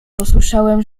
posłyszałem